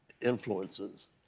influences